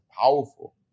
powerful